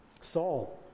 Saul